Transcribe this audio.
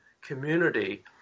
community